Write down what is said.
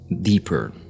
deeper